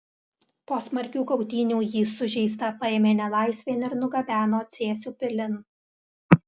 po smarkių kautynių jį sužeistą paėmė nelaisvėn ir nugabeno cėsių pilin